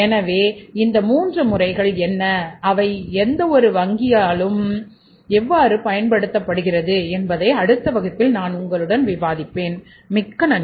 எனவே இந்த 3 முறைகள் என்ன அவை எந்தவொரு வங்கியினாலும் எவ்வாறு பயன்படுத்தப்படலாம் என்பதை அடுத்த வகுப்பில் நான் உங்களுடன் விவாதிப்பேன் மிக்க நன்றி